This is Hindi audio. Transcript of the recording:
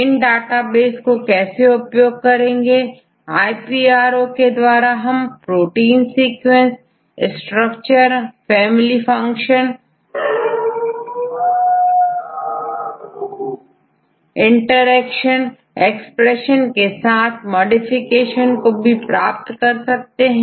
इन डाटाबेस को कैसे उपयोग करेंगेiPro के द्वारा हम protein sequence structure family function interaction expression के साथ मॉडिफिकेशन को भी प्राप्त कर सकते हैं